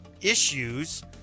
issues